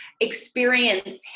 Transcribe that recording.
experience